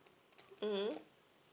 mm